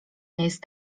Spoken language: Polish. jest